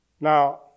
Now